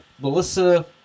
melissa